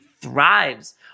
thrives